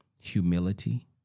humility